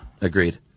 Agreed